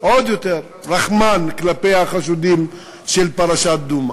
עוד יותר רחמן כלפי החשודים של פרשת דומא.